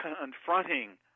confronting